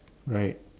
right